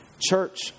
Church